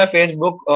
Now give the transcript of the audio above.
Facebook